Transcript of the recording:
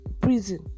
prison